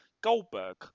Goldberg